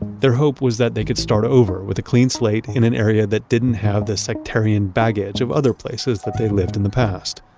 their hope was they could start over with a clean slate in an area that didn't have the sectarian baggage of other places that they lived in the past.